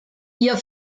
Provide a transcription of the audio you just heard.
ihr